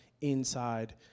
inside